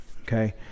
okay